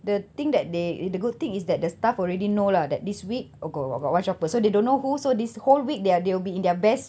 the thing that they the good thing is that the staff already know lah that this week uh got got got what shopper so they don't know who so this whole week they are they will be in their best